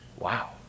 Wow